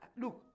look